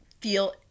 feel